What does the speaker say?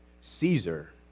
caesar